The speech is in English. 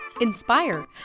inspire